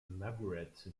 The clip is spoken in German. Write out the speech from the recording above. margaret